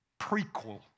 prequel